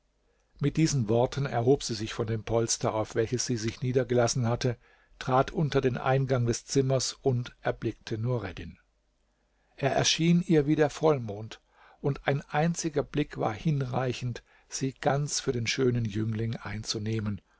mit diesen worten erhob sie sich von dem polster auf welches sie sich niedergelassen hatte trat unter den eingang des zimmers und erblickte nureddin er erschien ihr wie der vollmond und ein einziger blick war hinreichend sie ganz für den schönen jüngling einzunehmen